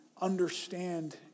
understand